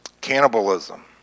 cannibalism